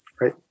Right